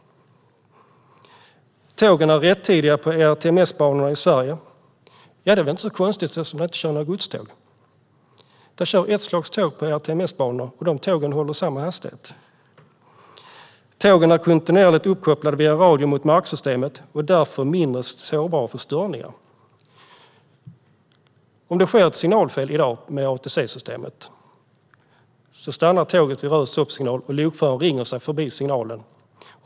Man säger att tågen är i rätt tid på ERTMS-banorna i Sverige. Ja, det är väl inte så konstigt, eftersom det inte körs några godståg. Det körs ett slags tåg på ERTMS-banorna, och de tågen håller samma hastighet. Man säger: Tågen är kontinuerligt uppkopplade via radio mot marksystemet och är därför mindre sårbara för störningar. Om det sker ett signalfel i dag med ATC-systemet stannar tåget vid stoppsignal. Lokföraren ringer sig förbi signalen.